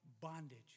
bondage